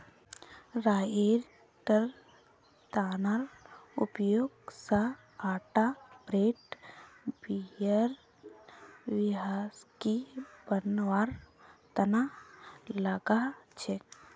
राईयेर दानार उपयोग स आटा ब्रेड बियर व्हिस्की बनवार तना लगा छेक